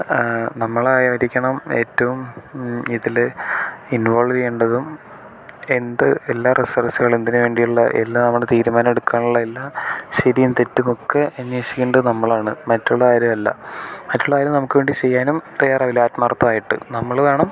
നമ്മളായിരിക്കണം ഏറ്റവും ഇതിൽ ഇൻവോൾവ് ചെയ്യേണ്ടതും എന്ത് എല്ലാ റിസോഴ്സുകളും എന്തിനുവേണ്ടിയുള്ള എല്ലാ നമ്മൾ തീരുമാനമെടുക്കാനുള്ള എല്ലാ ശരിയും തെറ്റും ഒക്കെ അന്വേഷിക്കേണ്ടത് നമ്മളാണ് മറ്റുള്ള ആരുമല്ല മറ്റുള്ള ആരും നമുക്കുവേണ്ടി ചെയ്യാനും തയ്യാറാവില്ല ആത്മാർഥമായിട്ട് നമ്മളുവേണം